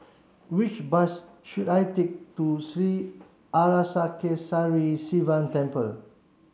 which bus should I take to Sri Arasakesari Sivan Temple